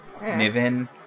Niven